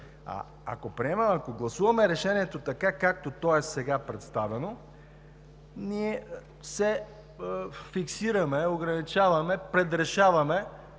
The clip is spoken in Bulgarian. Ако гласуваме решението така, както то е представено сега, ние фиксираме, ограничаваме, предрешаваме